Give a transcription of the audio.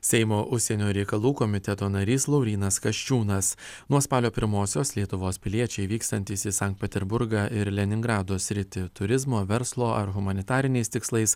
seimo užsienio reikalų komiteto narys laurynas kasčiūnas nuo spalio pirmosios lietuvos piliečiai vykstantys į sankt peterburgą ir leningrado sritį turizmo verslo ar humanitariniais tikslais